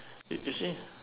you you see